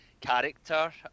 character